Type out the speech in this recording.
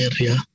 area